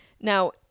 Now